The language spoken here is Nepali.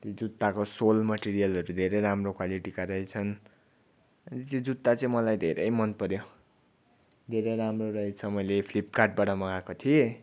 जुत्ताको सोल मटेरियलहरू धेरै राम्रो क्वालिटीका रहेछन् यो जुत्ता चाहिँ मलाई धेरै मनपर्यो धेरै राम्रो रहेछ मैले फ्लिपकार्टबाट मगाएको थिएँ